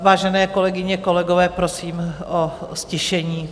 Vážené kolegyně, kolegové, prosím o ztišení.